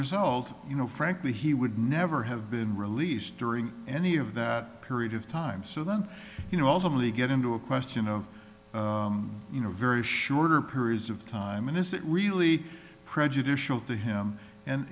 result you know frankly he would never have been released during any of that period of time so then you know ultimately get into a question of you know various shorter periods of time and is it really prejudicial to him and